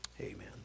amen